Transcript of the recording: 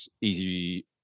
Easy